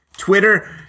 Twitter